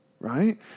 right